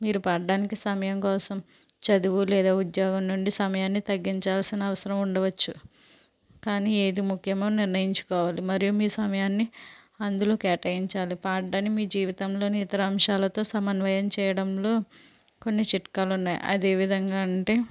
మీరు పాడడానికి సమయం కోసం చదువు లేదా ఉద్యోగం నుండి సమయాన్ని తగ్గించాల్సిన అవసరం ఉండవచ్చు కానీ ఏది ముఖ్యమో నిర్ణయించుకోవాలి మరియు మీ సమయాన్ని అందులో కేటాయించాలి పాడని మీ జీవితంలోని ఇతర అంశాలతో సమన్వయం చేయడంలో కొన్ని చిట్కాలు ఉన్నాయి అది ఏ విధంగా అంటే